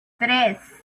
tres